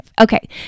okay